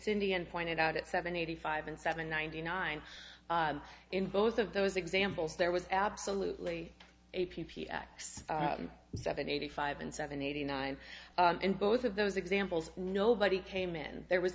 cindy and pointed out at seven eighty five and seven ninety nine in both of those examples there was absolutely a p p x seven eighty five and seven eighty nine in both of those examples nobody came in there was